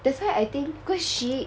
that's why I think cause she